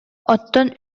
оттон